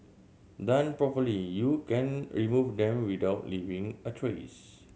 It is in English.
done properly you can remove them without leaving a trace